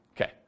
Okay